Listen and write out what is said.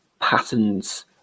patterns